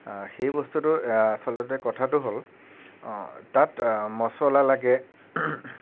সেই বস্তুটো আচলতে কথাটো হ'ল তাত মছলা লাগে